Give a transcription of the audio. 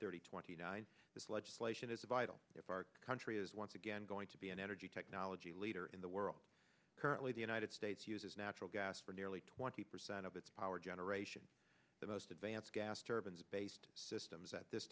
thirty twenty nine this legislation is vital if our country is once again going to be an energy technology leader in the world currently the united states uses natural gas for nearly twenty percent of its power generation the most advanced gas turbines based systems at this